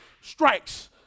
strikes